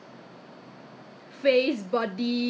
对 after that 真的是滑滑嫩嫩 then